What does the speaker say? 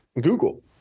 Google